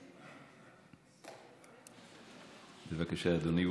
בבקשה, אדוני.